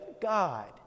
God